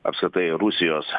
apskritai rusijos